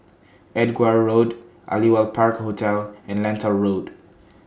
Edgware Road Aliwal Park Hotel and Lentor Road